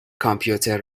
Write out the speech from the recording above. کامپیوتر